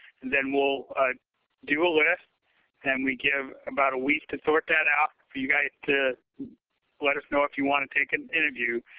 and then we'll do a list and we give about a week to sort that out. for you guys to let us know if you want to take an interview.